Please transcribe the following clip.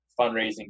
fundraising